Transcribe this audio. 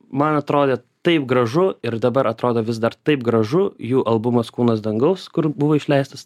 man atrodė taip gražu ir dabar atrodo vis dar taip gražu jų albumas kūnas dangaus kur buvo išleistas